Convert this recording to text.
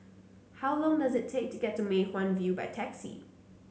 how long does it take to get to Mei Hwan View by taxi